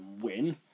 win